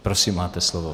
Prosím, máte slovo.